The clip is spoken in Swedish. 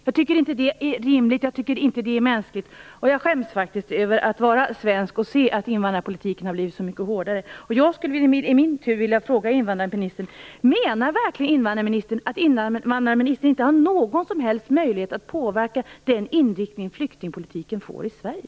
Jag tycker inte att det är rimligt, jag tycker inte att det är mänskligt, och jag skäms faktiskt över att vara svensk och se att invandrarpolitiken har blivit så mycket hårdare. Sverige?